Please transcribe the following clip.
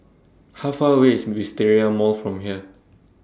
How Far away IS Wisteria Mall from here